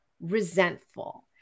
resentful